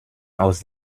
aus